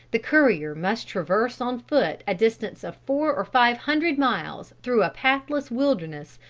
the courier must traverse on foot a distance of four or five hundred miles through a pathless wilderness,